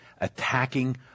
attacking